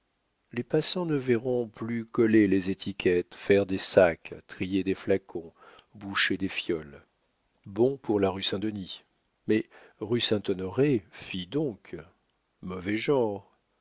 les passants ne verront plus coller les étiquettes faire des sacs trier des flacons boucher des fioles bon pour la rue saint-denis mais rue saint-honoré fi donc mauvais genre